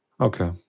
Okay